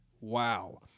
Wow